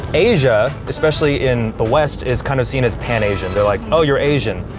asia, especially in the west is kind of seen as pan-asian. they're like, oh, you're asian.